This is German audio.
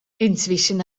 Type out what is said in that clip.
inzwischen